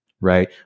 right